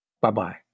Bye-bye